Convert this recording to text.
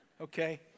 Okay